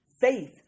faith